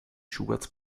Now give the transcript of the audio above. schuberts